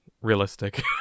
realistic